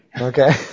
Okay